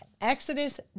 Exodus